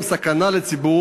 שיש בהם סכנה לציבור,